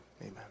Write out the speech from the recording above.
amen